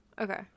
Okay